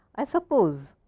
i suppose,